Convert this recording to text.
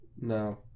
No